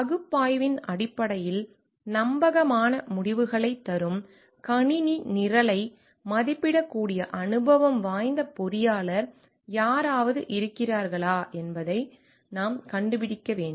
பகுப்பாய்வின் அடிப்படையில் நம்பகமான முடிவுகளைத் தரும் கணினி நிரலை மதிப்பிடக்கூடிய அனுபவம் வாய்ந்த பொறியாளர் யாராவது இருக்கிறார்களா என்பதை நாம் கண்டுபிடிக்க வேண்டும்